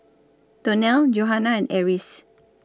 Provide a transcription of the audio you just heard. Donnell Johanna and Eris